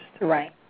Right